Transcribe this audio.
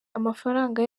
amafaranga